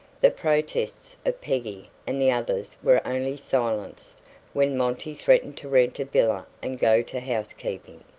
the protests of peggy and the others were only silenced when monty threatened to rent a villa and go to housekeeping.